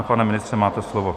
Pane ministře, máte slovo.